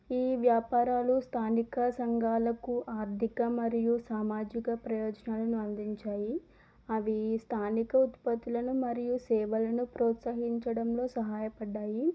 ఈ వ్యాపారాలు స్థానిక సంఘాలకు ఆర్దిక మరియు సామాజిక ప్రయోజనాలను అందించాయి అవి స్థానిక ఉత్పత్తులను మరియు సేవలను ప్రోత్సహించడంలో సహాయపడ్డాయి